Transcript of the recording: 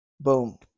boom